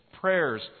prayers